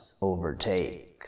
overtake